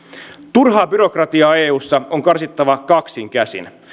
turhaa byrokratiaa eussa on karsittava kaksin käsin